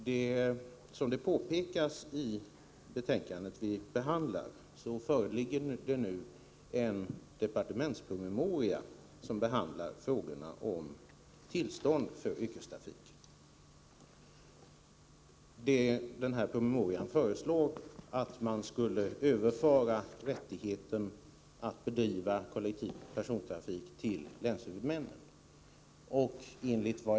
Herr talman! Som påpekas i det betänkande som vi behandlar föreligger det nu en departementspromemoria som tar upp frågan om tillstånd för yrkestrafik. I promemorian föreslås att man skall överföra rättigheten att bedriva kollektiv persontrafik till länshuvudmännen.